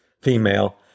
female